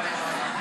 אני אתייחס לזה.